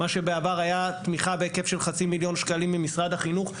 בעבר הייתה תמיכה בהיקף של 1/2 מיליון שקלים ממשרד החינוך,